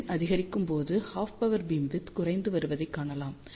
N அதிகரிக்கும் போது half power beamwidth குறைந்து வருவதைக் காணலாம்